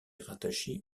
rattachée